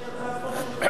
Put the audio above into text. מאה אחוז,